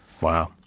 Wow